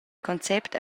concept